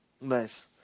nice